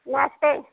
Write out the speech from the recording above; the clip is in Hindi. नमस्ते